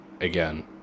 again